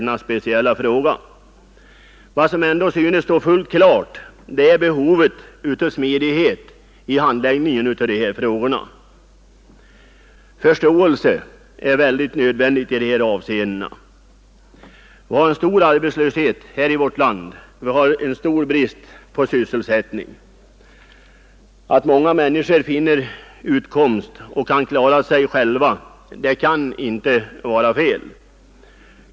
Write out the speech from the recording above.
Något som ändå synes stå fullt klart är behovet av smidighet vid handläggningen av de här frågorna. Förståelse är nödvändig i de avseendena. Vi har en stor arbetslöshet här i vårt land och stor brist på sysselsättning. Att många människor finner utkomst och kan klara sig själva kan inte vara fel.